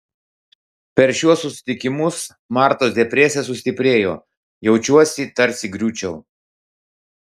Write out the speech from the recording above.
per šiuos susitikimus martos depresija sustiprėjo jaučiuosi tarsi griūčiau